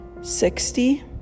sixty